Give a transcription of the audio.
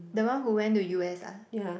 the one who went to U_S ah